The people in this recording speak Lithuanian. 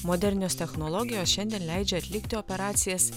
modernios technologijos šiandien leidžia atlikti operacijas